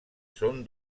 són